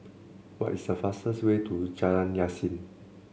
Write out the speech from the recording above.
what is the fastest way to Jalan Yasin